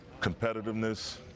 Competitiveness